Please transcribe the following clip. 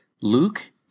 Luke